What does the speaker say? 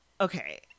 okay